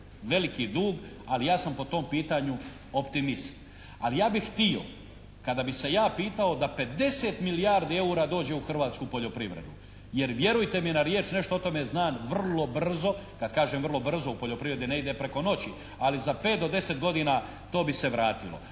Veliki dug, ali ja sam po tom pitanju optimist. Ali ja bih htio kada bi se ja pitao da 50 milijardi eura dođe u hrvatsku poljoprivredu jer vjerujte mi na riječ nešto o tome znamo vrlo brzo. Kad kažem vrlo brzo u poljoprivredi ne ide preko noći ali za pet do deset godina to bi se vratilo.